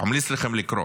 ממליץ לכם לקרוא.